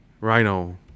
Rhino